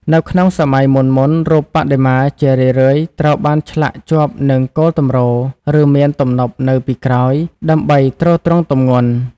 នៅក្នុងសម័យមុនៗ រូបបដិមាជារឿយៗត្រូវបានឆ្លាក់ជាប់នឹងគោលទម្រ ឬមានទំនប់នៅពីក្រោយ ដើម្បីទ្រទ្រង់ទម្ងន់។